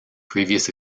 previous